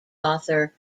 author